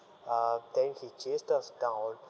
uh then he chased us down